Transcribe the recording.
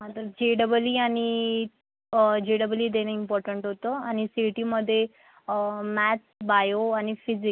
आता J double E J double E आणि J double E J double E देणं इम्पॉर्टंट होतं आणि सी ई टीमध्ये मॅथ्स बायो आणि फिजिक्स